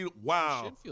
Wow